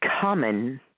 common